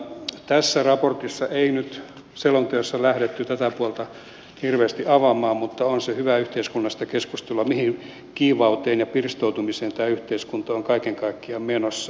tässä selonteossa ei nyt lähdetty tätä puolta hirveästi avaamaan mutta on se hyvää yhteiskunnallista keskustelua mihin kiivauteen ja pirstoutumiseen tämä yhteiskunta on kaiken kaikkiaan menossa